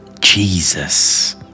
jesus